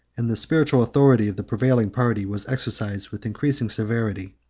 and the spiritual authority of the prevailing party was exercised with increasing severity,